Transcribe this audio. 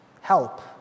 Help